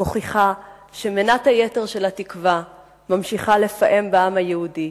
מוכיחה שמנת היתר של התקווה ממשיכה לפעם בעם היהודי.